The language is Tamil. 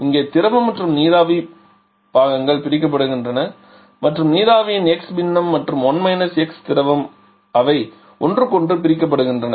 இங்கே திரவ மற்றும் நீராவி பாகங்கள் பிரிக்கப்படுகின்றன மற்றும் நீராவியின் x பின்னம் மற்றும் திரவம் அவை ஒன்றுக்கொன்று பிரிக்கப்படுகின்றன